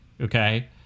okay